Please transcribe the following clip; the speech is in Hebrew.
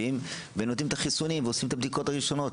ונותנים את החיסונים ועושים את הבדיקות הראשונות.